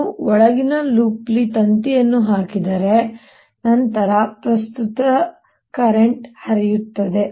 ನಾನು ಒಳಗಿನ ಲೂಪ್ ನಲ್ಲಿ ತಂತಿಯನ್ನು ಹಾಕಿದರೆ ನಂತರ ಸಹ ಪ್ರಸ್ತುತ ಹರಿಯುತ್ತದೆ